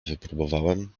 wypróbowałem